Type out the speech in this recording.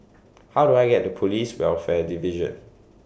How Do I get to Police Welfare Division